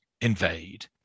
invade